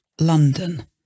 London